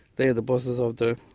they are the bosses of the